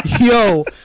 yo